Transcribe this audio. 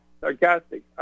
sarcastic